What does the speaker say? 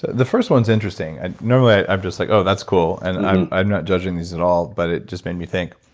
the first one's interesting, and normally i'm just like, oh, that's cool. and i'm i'm not judging these at all, but it just made me think,